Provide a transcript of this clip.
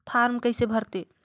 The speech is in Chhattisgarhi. फारम कइसे भरते?